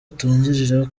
atangirira